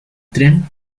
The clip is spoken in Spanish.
tren